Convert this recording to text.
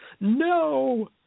No